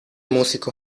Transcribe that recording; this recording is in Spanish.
músico